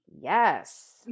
Yes